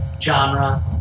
genre